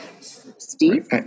Steve